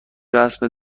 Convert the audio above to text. رسم